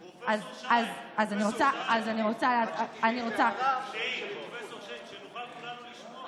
פרופ' שיין, פרופ' שיין, שנוכל כולנו לשמוע.